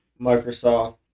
Microsoft